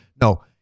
No